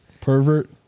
Pervert